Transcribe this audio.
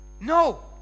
No